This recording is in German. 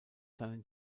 seinen